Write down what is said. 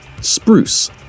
Spruce